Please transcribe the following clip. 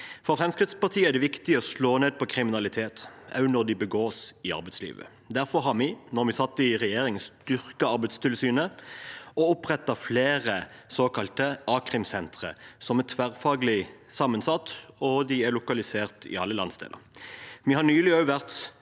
For Fremskrittspartiet er det viktig å slå ned på kriminalitet – også når det begås i arbeidslivet. Derfor har vi, da vi satt i regjering, styrket Arbeidstilsynet og opprettet flere såkalte a-krimsentre, som er tverrfaglig sammensatt og lokalisert i alle landsdeler. Vi har også nylig vært